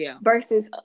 versus